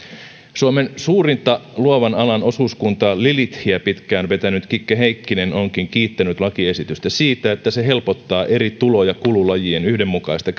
suomen suurinta luovan alan osuuskuntaa lilithiä pitkään vetänyt kikke heikkinen onkin kiittänyt lakiesitystä siitä että se helpottaa eri tulo ja kululajien yhdenmukaista